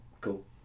cool